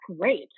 great